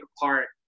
apart